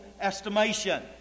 estimation